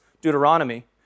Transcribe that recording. Deuteronomy